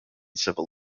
civil